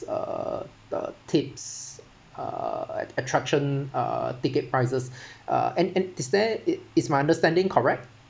uh the tips uh attraction uh ticket prices and and is there is is my understanding correct